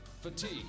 fatigue